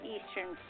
Eastern